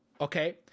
okay